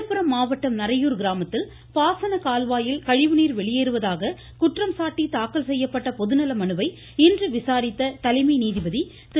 விழுப்புரம் மாவட்டம் நரையூர் கிராமத்தில் பாசன கால்வாயில் கழிவுநீர் வெளியேறுவதாக குற்றம் சாட்டி தாக்கல் செய்யப்பட்ட பொதுநலமனுவை இன்று விசாரித்த தலைமை நீதிபதி திரு